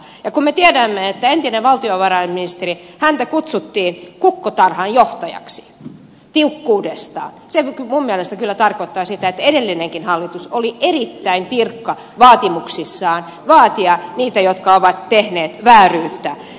ja kun me tiedämme että entistä valtiovarainministeriä kutsuttiin kukkotarhan johtajaksi tiukkuudessaan se kyllä minun mielestäni tarkoittaa sitä että edellinenkin hallitus oli erittäin tiukka vaatimuksissaan vaatiessaan niiltä jotka ovat tehneet vääryyttä